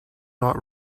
not